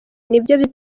nibyo